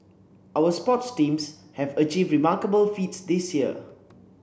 our sports teams have achieved remarkable feats this year